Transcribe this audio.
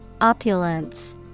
Opulence